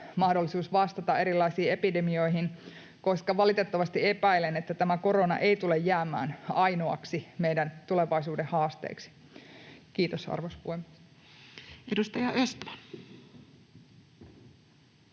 mahdollisuus vastata erilaisiin epidemioihin, koska valitettavasti epäilen, että tämä korona ei tule jäämään meidän ainoaksi tulevaisuuden haasteeksi. — Kiitos, arvoisa puhemies. [Speech 155]